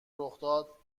رخداد